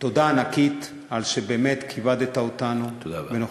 תודה ענקית על שבאמת כיבדת אותנו בנוכחותך.